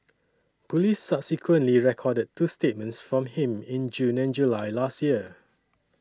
police subsequently recorded two statements from him in June and July last year